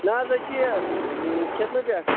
نَہ حظ أسۍ چھِ یہِ کھِرمہٕ پٮ۪ٹھ